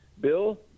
Bill